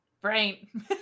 Brain